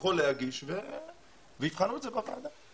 יכול להגיש ויבחנו את זה בוועדה.